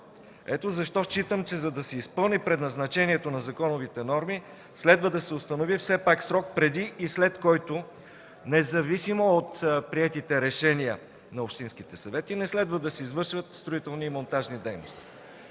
Ето защо, смятам, че за да се изпълни предназначението на законовите норми следва да се установи все пак срок преди и след който, независимо от приетите решения на общинските съвети, не следва да се извършват строителни и монтажни дейности.